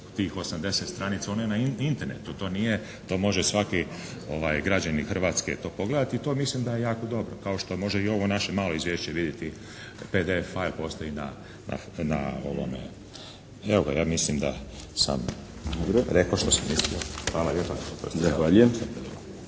tih 80 stranica, ona je na Internetu, to može svaki građanin Hrvatske to pogledati i to mislim da je jako dobro kao što može i ovo naše malo izvješće vidjeti PDF postoji na ovome, evo ga ja mislim da sam reko što sam mislio. Hvala lijepa.